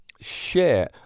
share